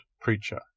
Preacher